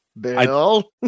Bill